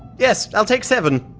yes! i'll take seven!